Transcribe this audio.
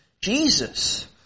Jesus